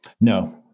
No